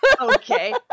okay